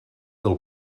del